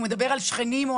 הוא מדבר על שכנים.